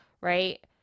right